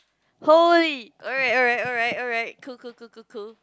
holy alright alright alright alright cool cool cool